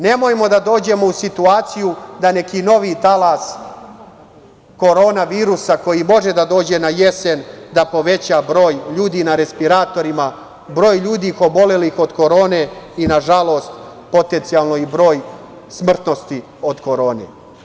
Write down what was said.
Nemojmo da dođemo u situaciju da neki novi talas korona virusa koji može da dođe na jesen da poveća broj ljudi na respiratorima, broj ljudi obolelih od korone i nažalost, potencijalno i broj smrtnosti od korone.